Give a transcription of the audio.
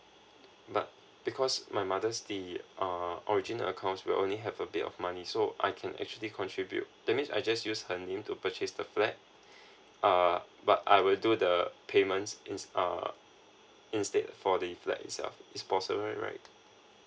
but because my mother's still uh original account will only have a bit of money so I can actually contribute that means I just use her name to purchase the flat uh but I will do the payments ins~ err instead for the flat itself it's possible right